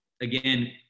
again